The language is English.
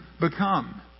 become